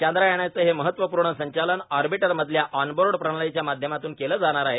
चांद्रयानाचं हे महत्वपूर्ण संचालन आर्बिटरमधल्या आनबोर्ड प्रणालीच्या माध्यमातून केलं जाणार आहे